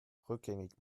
rückgängig